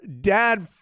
dad –